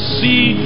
see